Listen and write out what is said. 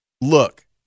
look